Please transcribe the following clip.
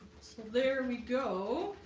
there we go